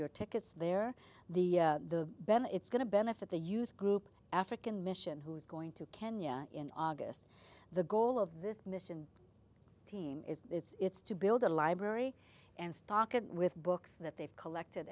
your tickets there the the better it's going to benefit the youth group african mission who's going to kenya in august the goal of this mission team is it's to build a library and stock it with books that they've collected